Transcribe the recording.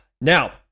Now